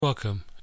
Welcome